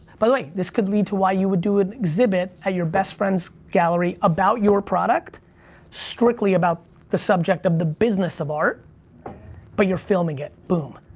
but way, this could lead to why you would do an exhibit at your best friend's gallery about your product strictly about the subject of the business of art but you're filming it, boom.